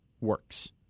works